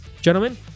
Gentlemen